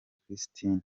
christine